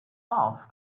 soft